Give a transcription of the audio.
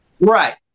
right